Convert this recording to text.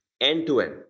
end-to-end